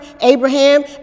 Abraham